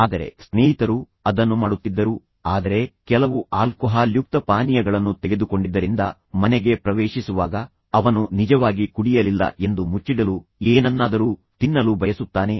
ಆದರೆ ಸ್ನೇಹಿತರು ಅದನ್ನು ಮಾಡುತ್ತಿದ್ದರು ಆದರೆ ಕೆಲವು ಆಲ್ಕೊಹಾಲ್ಯುಕ್ತ ಪಾನೀಯಗಳನ್ನು ತೆಗೆದುಕೊಂಡಿದ್ದರಿಂದ ಮನೆಗೆ ಪ್ರವೇಶಿಸುವಾಗ ಅವನು ನಿಜವಾಗಿ ಕುಡಿಯಲಿಲ್ಲ ಎಂದು ಮುಚ್ಚಿಡಲು ಏನನ್ನಾದರೂ ತಿನ್ನಲು ಬಯಸುತ್ತಾನೆ